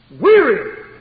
Weary